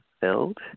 filled